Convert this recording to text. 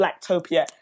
blacktopia